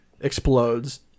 explodes